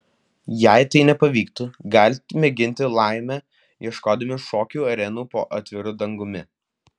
jei tai nepavyktų galite mėginti laimę ieškodami šokių arenų po atviru dangumi